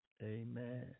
Amen